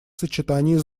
сочетании